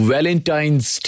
Valentine's